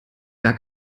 gar